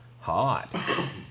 Hot